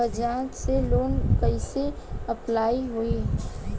बजाज से लोन कईसे अप्लाई होई?